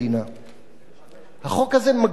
החוק הזה מגדיר אותנו כמדינה יהודית,